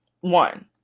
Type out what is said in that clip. One